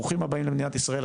ברוכים הבאים למדינת ישראל,